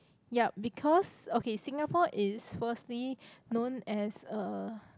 ya because okay Singapore is firstly known as a